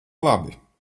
labi